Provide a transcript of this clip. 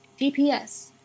GPS